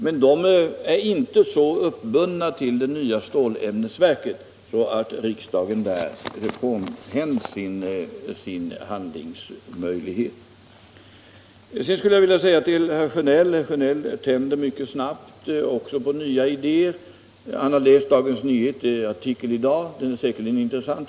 Men de investeringarna är inte så uppbundna till det nya stålämnesverket att riksdagen frånhänds sina handlingsmöjligheter. Sedan vill jag säga att herr Sjönell tänder mycket snabbt även på nya idéer. Han har nu läst en artikel i Dagens Nyheter för i dag. Den är säkerligen intressant.